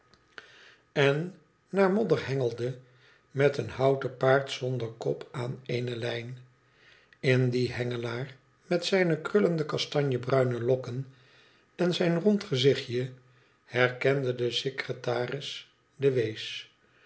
en naar modder hengelde met een houten paard zonder kop aan eene lijn in dien hengelaar met zijne krullende kastanjebruine lokken en zijn rond gezichtje herkende de secretaris